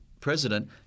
president